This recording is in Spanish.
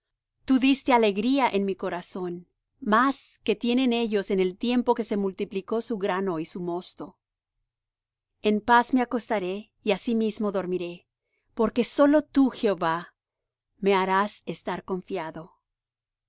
tú diste alegría en mi corazón más que tienen ellos en el tiempo que se multiplicó su grano y su mosto en paz me acostaré y asimismo dormiré porque solo tú jehová me harás estar confiado